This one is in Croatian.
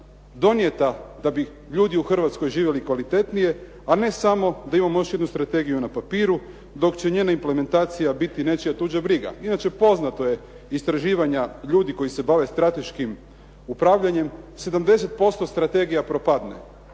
donijeta da bi ljudi u Hrvatskoj živjeli kvalitetnije, a ne samo da imamo još jednu strategiju na papiru, dok će njena implementacija biti nečija tuđa briga. Inače, poznato je istraživanja ljudi koji se bave strateškim upravljanjem, 70% strategija propadne.